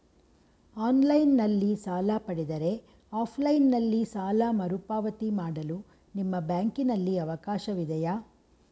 Online ನಲ್ಲಿ ಸಾಲ ಪಡೆದರೆ ಆಫ್ಲೈನ್ ನಲ್ಲಿ ಸಾಲ ಮರುಪಾವತಿ ಮಾಡಲು ನಿಮ್ಮ ಬ್ಯಾಂಕಿನಲ್ಲಿ ಅವಕಾಶವಿದೆಯಾ?